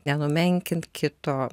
nenumenkint kito